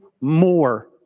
more